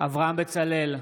אברהם בצלאל,